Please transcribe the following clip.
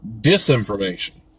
disinformation